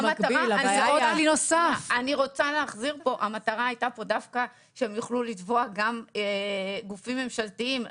המטרה הייתה פה דווקא שהם יוכלו לתבוע גם גופים ממשלתיים,